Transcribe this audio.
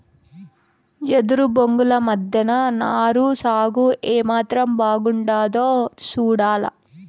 ఎదురు బొంగుల మద్దెన నారు సాగు ఏమాత్రం బాగుండాదో సూడాల